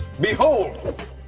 Behold